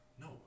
no